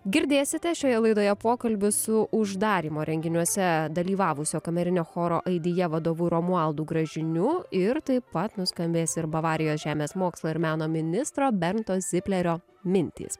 girdėsite šioje laidoje pokalbį su uždarymo renginiuose dalyvavusio kamerinio choro aidije vadovu romualdu gražiniu ir taip pat nuskambės ir bavarijos žemės mokslo ir meno ministro bento sitlerio mintys